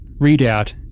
readout